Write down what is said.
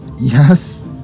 Yes